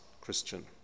Christian